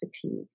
fatigue